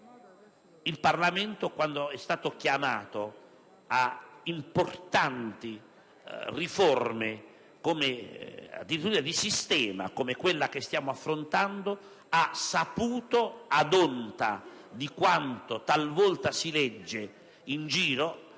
il Parlamento quand'è stato chiamato a importanti riforme di sistema, come quella che stiamo affrontando, ad onta di quanto talvolta si legge in giro,